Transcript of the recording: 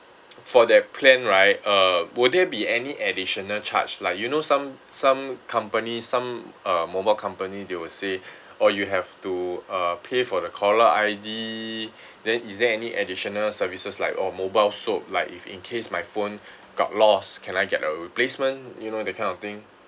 for that plan right uh will there be any additional charge like you know some some company some uh mobile company they will say orh you have to uh pay for the caller I_D then is there any additional services like orh mobileswop like if in case my phone got lost can I get a replacement you know that kind of thing